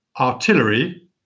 artillery